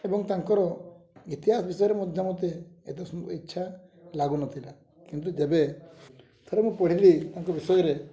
ଏବଂ ତାଙ୍କର ଇତିହାସ ବିଷୟରେ ମଧ୍ୟ ମୋତେ ଏତେ ଇଚ୍ଛା ଲାଗୁ ନ ଥିଲା କିନ୍ତୁ ଯେବେ ଥରେ ମୁଁ ପଢ଼ିଲି ତାଙ୍କ ବିଷୟରେ